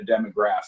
demographic